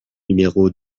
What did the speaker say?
numéro